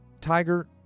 Tiger